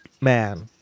man